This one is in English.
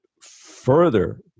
further